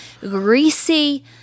greasy